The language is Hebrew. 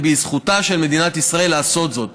וזכותה של מדינת ישראל לעשות זאת.